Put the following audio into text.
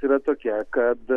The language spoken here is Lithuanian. yra tokia kad